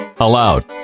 Allowed